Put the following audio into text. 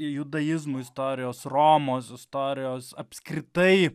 judaizmo istorijos romos istorijos apskritai